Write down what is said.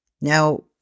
Now